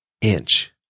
inch